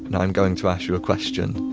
and i'm going to ask you a question,